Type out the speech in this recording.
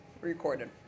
recorded